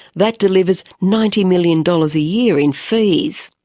that delivers ninety million dollars a year in fees.